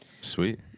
Sweet